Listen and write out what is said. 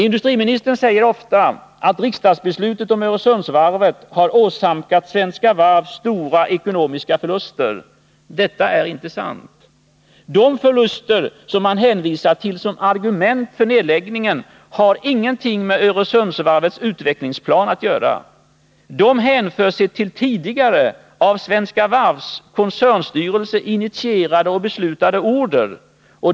Industriministern säger ofta att riksdagsbeslutet om Öresundsvarvet har åsamkat Svenska Varv stora ekonomiska förluster. Detta är inte sant. De förluster som man hänvisar till som argument för nedläggningen har ingenting med Öresundsvarvets utvecklingsplan att göra. De hänför sig till tidigare — av Svenska Varvs koncernstyrelse initierade och beslutade — order.